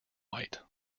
white